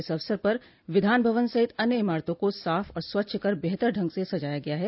इस अवसर पर विधानभवन सहित अन्य इमारतों को साफ और स्वच्छ कर बेहतर ढंग से सजाया गया है